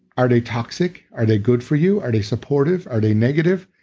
are they toxic? are they good for you? are they supportive? are they negative?